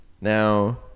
now